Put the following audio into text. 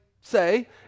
say